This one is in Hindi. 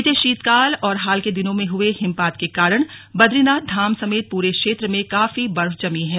बीते शीतकाल और हाल के दिनों में हए हिमपात के कारण बदरीनाथ धाम समेत पूरे क्षेत्र में काफी बर्फ जमी है